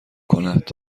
کند